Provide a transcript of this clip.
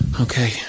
Okay